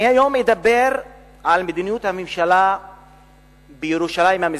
היום אני אדבר על מדיניות הממשלה בירושלים המזרחית,